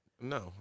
No